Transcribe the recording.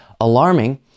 alarming